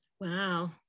Wow